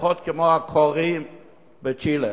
לפחות כמו הכורים בצ'ילה.